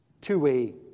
two-way